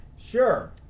Sure